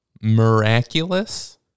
Miraculous